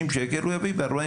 הוא מביא מאבטח לשמונה שעות.